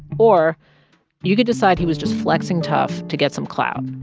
or you could decide he was just flexing tough to get some clout.